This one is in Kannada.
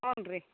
ಹ್ಞೂ ರೀ